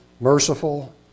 merciful